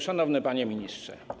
Szanowny Panie Ministrze!